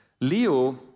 Leo